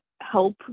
help